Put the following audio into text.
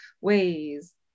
ways